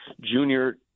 junior